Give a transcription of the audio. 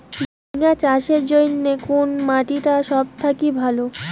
ঝিঙ্গা চাষের জইন্যে কুন মাটি টা সব থাকি ভালো?